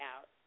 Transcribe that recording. out